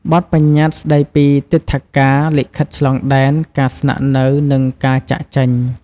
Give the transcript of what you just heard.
បទប្បញ្ញត្តិស្តីពីទិដ្ឋាការ លិខិតឆ្លងដែន ការស្នាក់នៅ និងការចាកចេញ។